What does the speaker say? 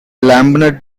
lambeth